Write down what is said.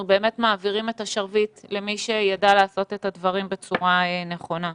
באמת מעבירים את השרביט למי שידע לעשות את הדברים בצורה נכונה.